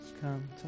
come